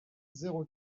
zéro